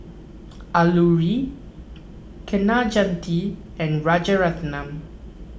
Alluri Kaneganti and Rajaratnam